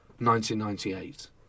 1998